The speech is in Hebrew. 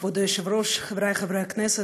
כבוד היושב-ראש, חברי חברי הכנסת,